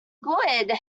good